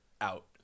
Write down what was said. out